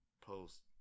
post